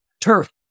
turf